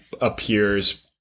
appears